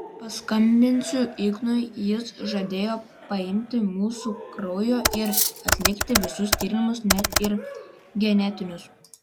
paskambinsiu ignui jis žadėjo paimti mūsų kraujo ir atlikti visus tyrimus net ir genetinius